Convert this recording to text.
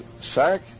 sack